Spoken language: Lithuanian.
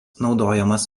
naudojamas